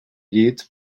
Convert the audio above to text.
llit